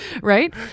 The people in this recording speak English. right